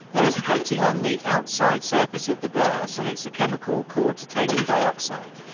there is a coating on the outside surface of the glass and it's a chemical called titanium dioxide.